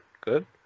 Good